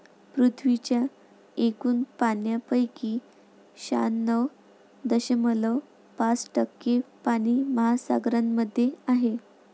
पृथ्वीच्या एकूण पाण्यापैकी शहाण्णव दशमलव पाच टक्के पाणी महासागरांमध्ये आहे